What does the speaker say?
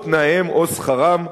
או תנאיהם או שכרם.